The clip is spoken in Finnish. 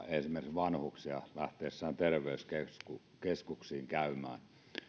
vanhuksia esimerkiksi heidän lähtiessään terveyskeskuksiin käymään